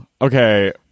Okay